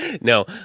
No